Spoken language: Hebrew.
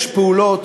יש פעולות,